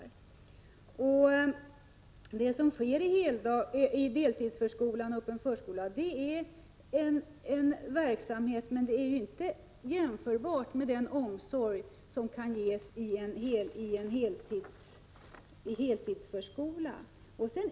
Den verksamhet som bedrivs i deltidsförskolan och den öppna förskolan är inte jämförbar med den omsorg som ges i heltidsförskolan.